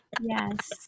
Yes